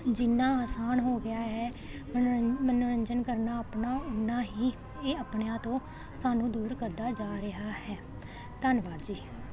ਜਿੰਨਾ ਆਸਾਨ ਹੋ ਗਿਆ ਹੈ ਮਨੋਰੰ ਮਨੋਰੰਜਨ ਕਰਨਾ ਆਪਣਾ ਓਨਾ ਹੀ ਇਹ ਆਪਣਿਆਂ ਤੋਂ ਸਾਨੂੰ ਦੂਰ ਕਰਦਾ ਜਾ ਰਿਹਾ ਹੈ ਧੰਨਵਾਦ ਜੀ